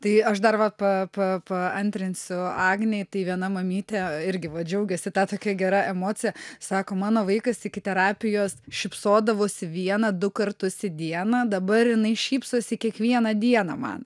tai aš dar va pa pa paantrinsiu agnei tai viena mamytė irgi va džiaugėsi ta tokia gera emocija sako mano vaikas iki terapijos šypsodavosi vieną du kartus į dieną dabar jinai šypsosi kiekvieną dieną man